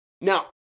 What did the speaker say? Now